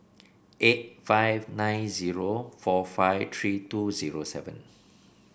eight five nine zero four five three two zero seven